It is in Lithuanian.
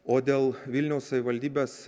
o dėl vilniaus savivaldybės